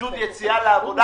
שיוכל לצאת לעבוד.